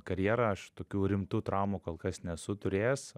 karjerą aš tokių rimtų traumų kol kas nesu turėjęs